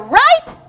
right